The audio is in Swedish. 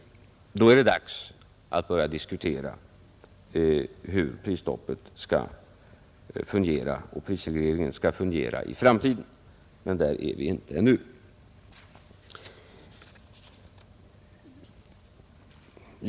Då är det dags att börja diskutera hur prisstoppet skall fungera och hur prisregleringen skall fungera i framtiden. Men där är vi inte ännu.